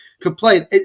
complain